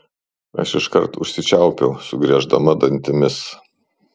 aš iškart užsičiaupiau sugrieždama dantimis